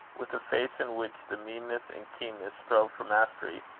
with a face in which the meanness and keenness strove for mastery,